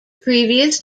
previous